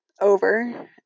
over